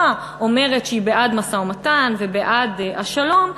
אומרת שהיא בעד משא-ומתן ובעד השלום,